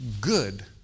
good